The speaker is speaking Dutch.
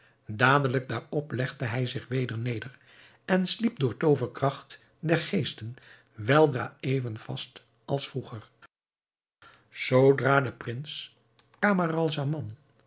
dadelijk daarop legde hij zich weder neder en sliep door de tooverkracht der geesten weldra even vast als vroeger zoodra de prins